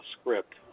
script